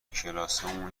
کلاسمون